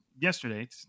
yesterday